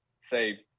say